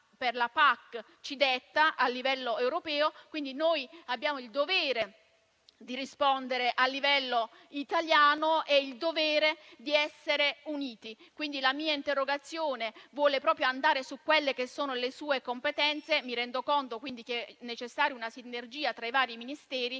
che la PAC ci detta a livello europeo. Noi abbiamo il dovere di rispondere a livello italiano e il dovere di essere uniti. La mia interrogazione vuole proprio andare su quelle che sono le sue competenze. Mi rendo conto che è necessaria una sinergia tra i vari Ministeri,